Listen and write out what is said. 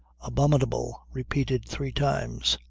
abominable repeated three times,